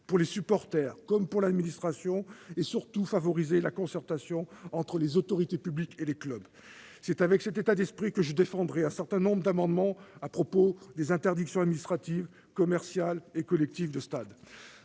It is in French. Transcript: pour les supporters comme pour l'administration, et, surtout, favoriser la concertation entre les autorités publiques et les clubs. C'est dans cet état d'esprit que je défendrai un certain nombre d'amendements à propos des interdictions de stade administratives, commerciales et collectives. Je sais,